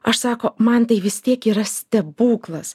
aš sako man tai vis tiek yra stebuklas